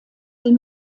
sie